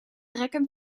rekken